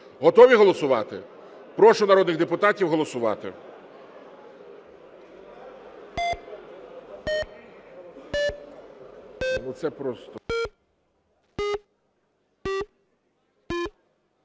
Готові голосувати? Прошу народних депутатів голосувати.